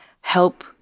help